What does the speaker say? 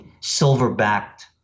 silver-backed